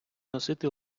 носити